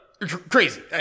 crazy